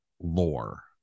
lore